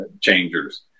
changers